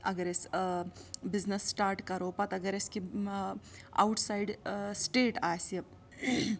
اَگر أسۍ business start کَرو پَتہٕ اگر أسۍ کہِ آوُٹ سایڈ سِٹیٹ آسہِ